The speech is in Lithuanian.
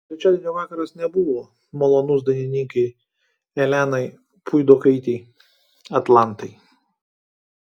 trečiadienio vakaras nebuvo malonus dainininkei elenai puidokaitei atlantai